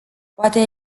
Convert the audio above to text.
poate